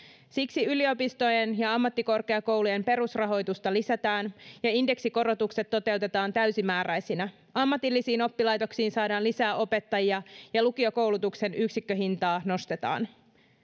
siksi yliopistojen ja ammattikorkeakoulujen perusrahoitusta lisätään ja indeksikorotukset toteutetaan täysimääräisinä ammatillisiin oppilaitoksiin saadaan lisää opettajia ja lukiokoulutuksen yksikköhintaa nostetaan